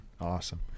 Awesome